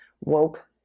woke